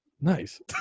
Nice